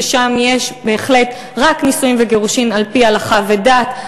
ששם יש בהחלט רק נישואים וגירושים על-פי הלכה ודת.